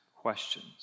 questions